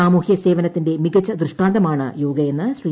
സാമൂഹ്യ സേവനത്തിന്റെ മികച്ച ദൃഷ്ടാന്തമാണ് യോഗയെന്ന ശ്രീ